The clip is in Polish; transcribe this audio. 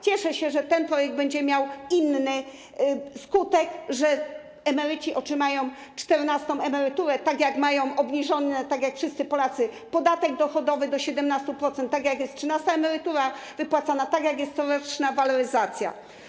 Cieszę się, że ten projekt będzie miał inny skutek, że emeryci otrzymają czternastą emeryturę, tak jak mają obniżony, jak wszyscy Polacy, podatek dochodowy do 17%, tak jak jest wypłacana trzynasta emerytura, tak jak jest coroczna waloryzacja.